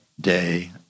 day